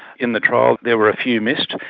in the trial there were a few missed.